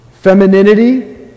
Femininity